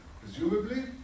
presumably